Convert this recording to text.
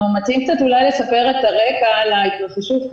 אנחנו מציעים קצת אולי לספר את הרקע להתרחשות,